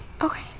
Okay